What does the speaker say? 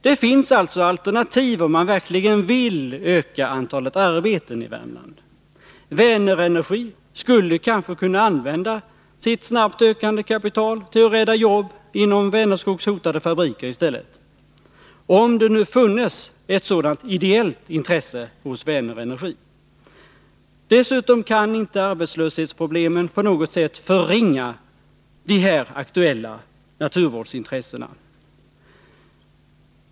Det finns alltså alternativ, om man verkligen vill öka antalet arbeten i Värmland. Vänerenergi skulle kanske kunna använda sitt snabbt ökande kapital till att rädda jobb inom Vänerskogs hotade fabriker i stället — om det nu funnes ett sådant ideellt intresse hos Vänerenergi. Dessutom kan arbetslöshetsproblemen inte på något sätt förringa vikten av de här aktuella naturvårdsintressena.